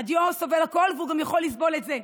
הנייר סובל הכול והוא יכול לסבול גם את זה.